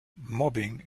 mobbing